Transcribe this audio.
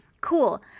Cool